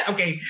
Okay